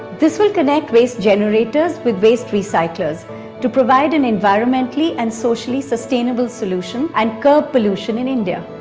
this will connect waste generators with waste recyclers to provide an environmentally and socially sustainable solution and curb pollution in india.